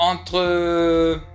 entre